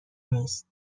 نیست